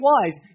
wise